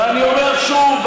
ואני אומר שוב,